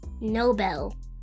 Nobel